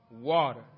Water